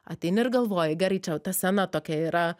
ateini ir galvoji gerai čia ta scena tokia yra